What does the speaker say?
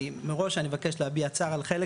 אני מראש אני מבקש להביע צער על חלק